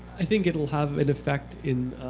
i think it will have an effect in